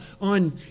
on